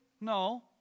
No